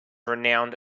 renowned